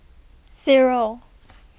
Zero